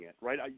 right